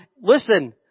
listen